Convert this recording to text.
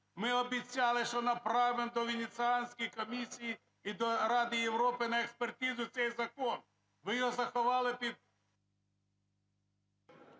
ми обіцяли, що направимо до Венеціанської комісії і до Ради Європи на експертизу цей закон. Ви його заховали під…